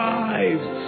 lives